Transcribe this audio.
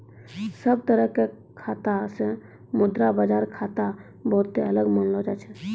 सब तरह के खाता से मुद्रा बाजार खाता बहुते अलग मानलो जाय छै